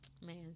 man